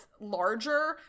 larger